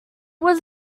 was